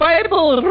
Bible